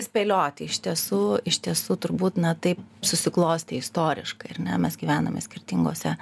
spėlioti iš tiesų iš tiesų turbūt na taip susiklostė istoriškai ar ne mes gyvename skirtingose